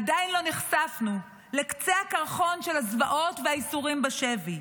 עדיין לא נחשפנו לקצה הקרחון של הזוועות והייסורים בשבי.